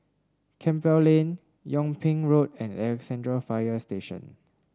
Campbell Lane Yung Ping Road and Alexandra Fire Station